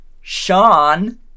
Sean